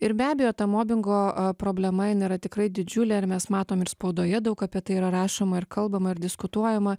ir be abejo ta mobingo a problema jin yra tikrai didžiulė ir mes matom ir spaudoje daug apie tai yra rašoma ir kalbama ir diskutuojama